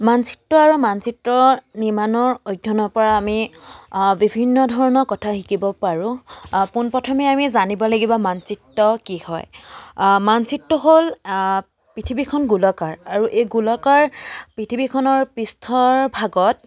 মানচিত্ৰ আৰু মানচিত্ৰ নিৰ্মাণৰ অধ্যয়নৰ পৰা আমি বিভিন্ন ধৰণৰ কথা শিকিব পাৰোঁ পোনপ্ৰথমে আমি জানিব লাগিব মানচিত্ৰ কি হয় মানচিত্ৰ হ'ল পৃথিৱীখন গোলকাৰ আৰু এই গোলকাৰ পৃথিৱীখনৰ পৃষ্ঠৰ ভাগত